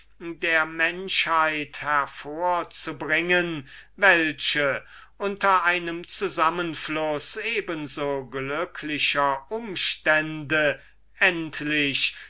der mensch zusammengesetzt ist hervorzubringen welche unter einem zusammenfluß eben so glücklicher umstände endlich